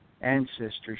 Ancestors